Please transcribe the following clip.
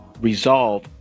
resolve